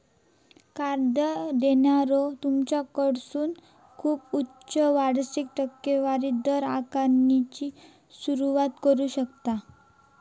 card देणारो तुमच्याकडसून खूप उच्च वार्षिक टक्केवारी दर आकारण्याची सुरुवात करू शकता